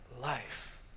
life